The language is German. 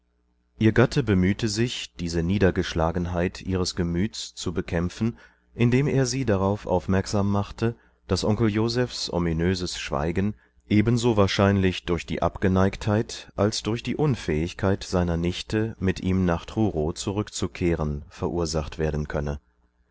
ihr gatte bemühte sich diese niedergeschlagenheit ihres gemüts zu bekämpfen indem er sie darauf aufmerksam machte daß onkel josephs ominöses schweigen ebensowahrscheinlichdurchdieabgeneigtheit alsdurchdieunfähigkeitseinernichte mit ihm nach truro zurückzukehren verursacht werden könne